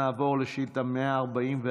נעבור לשאילתה 144,